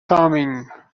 thummim